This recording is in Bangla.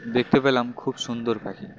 দেখতে পেলাম খুব সুন্দর পাখি